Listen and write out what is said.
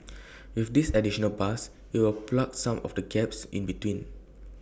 with this additional bus IT will plug some of the gaps in between